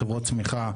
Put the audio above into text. חברות צמיחה,